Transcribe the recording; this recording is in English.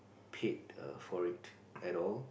paid err for it at all